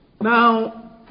Now